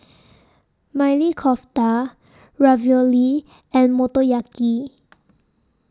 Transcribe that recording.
Maili Kofta Ravioli and Motoyaki